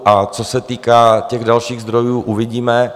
A co se týká dalších zdrojů, uvidíme.